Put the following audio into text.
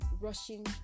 rushing